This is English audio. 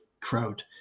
crowd